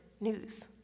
news